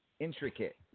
Intricate